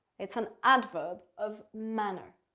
it's an adverb of manner.